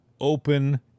open